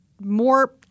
more